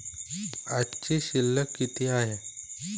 आजची शिल्लक किती हाय?